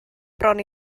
bron